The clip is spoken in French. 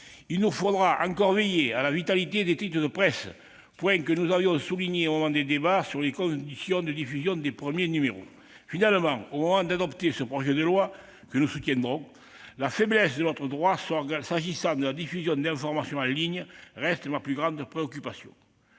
Il nous faudra encore veiller à la vitalité des titres de presse, point que nous avions souligné au moment des débats sur les conditions de diffusion des premiers numéros. Nous soutiendrons ce projet de loi. Mais, à l'heure de l'adopter, la faiblesse de notre droit s'agissant de la diffusion d'informations en ligne reste ma plus grande préoccupation.